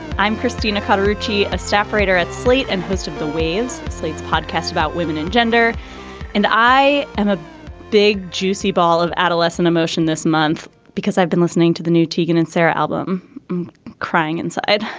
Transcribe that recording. i'm christina cutter ritchie a staff writer at slate and host of the ways slate's podcast about women and gender and i am a big juicy ball of adolescent emotion this month because i've been listening to the new tegan and sara album crying inside